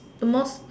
most